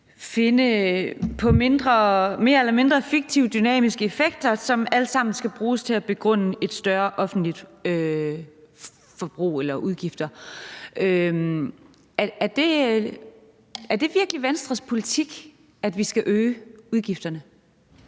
finde mere eller mindre fiktive dynamiske effekter, som alle sammen skal bruges til at begrunde større offentlige udgifter. Er det virkelig Venstres politik, at vi skal øge udgifterne?